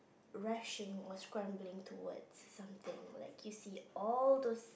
rushing or scrambling towards something like you see all those